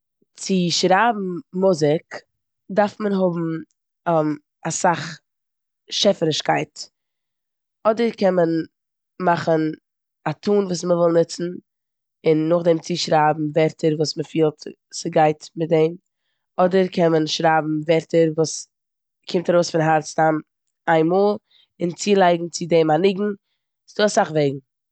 צו שרייבן מוזיק דארף מען האבן אסאך שעפערישקייט. אדער קען מען מאכן א טון וואס מ'וויל נוצן און נאכדעם צושרייבן ווערטער וואס מ'פילט ס'גייט מיט דעם. אדער קען מען שרייבן ווערטער וואס קומט ארויס פון הארץ סתם איינמאל און צולייגן צו דעם א ניגון. ס'דא אסאך וועגן.